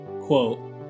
Quote